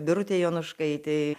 birutė jonuškaitė